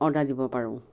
order দিব পাৰোঁ